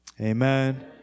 amen